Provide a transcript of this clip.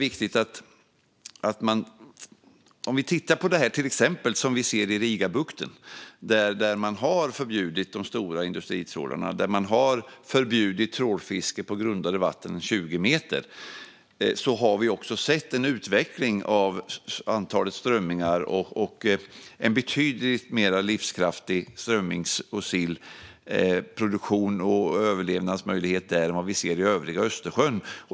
Låt oss titta på det exempel som finns i Rigabukten, där man har förbjudit de stora industritrålarna och förbjudit trålfiske på grundare vatten än 20 meter. Där har vi sett en utveckling av antalet strömmingar, en betydligt mer livskraftig strömmings och sillproduktion och bättre överlevnadsmöjlighet än vi ser i övriga Östersjön.